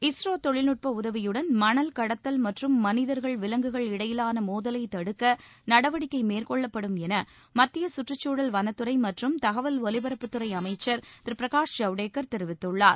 இஸ்ரோ தொழில்நுட்ப உதவியுடன் மணல் கடத்தல் மற்றும் மனிதர்கள் விலங்குகள் இடையிலான மோதலைத் தடுக்க நடவடிக்கை மேற்கொள்ளப்படும் என மத்திய சுற்றுச்சூழல் வனத்துறை மற்றும் தகவல் ஒலிபரப்புத்துறை அமைச்சர் திரு பிரகாஷ் ஜவ்டேகர் தெரிவித்துள்ளார்